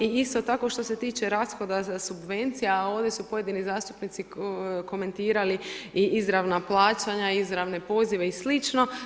Isto tako, što se tiče rashoda za subvencije, a ovdje su pojedini zastupnici komentirali i izravna plaćanja i izravne pozive i slično.